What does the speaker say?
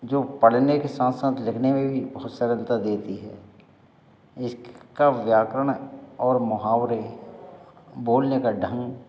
जो पढ़ने के साथ साथ साथ लिखने में भी बहुत सरलता देती है इसका व्याकरण और मुहावरे बोलने का ढंग